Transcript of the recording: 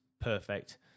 Perfect